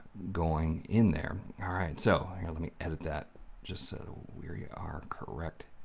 going in there. alright, so let me edit that just so we are yeah are correct.